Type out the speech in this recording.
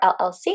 LLC